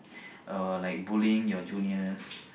or like bullying your juniors